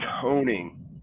toning